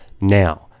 Now